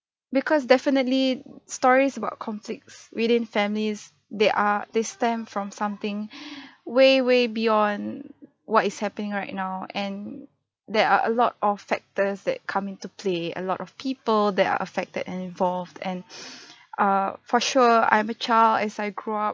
because definitely stories about conflicts within families they are they stem from something way way beyond what is happening right now and there are a lot of factors that come into play a lot of people that are affected and involved and uh for sure I'm a child as I grow up